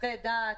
מסיחי דעת.